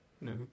No